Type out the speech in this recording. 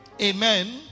Amen